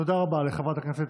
תודה רבה לחברת הכנסת